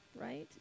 right